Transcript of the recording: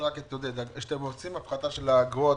כשאתם עושים הפחתה של האגרות,